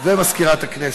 ולמזכירת הכנסת,